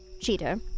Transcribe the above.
Cheater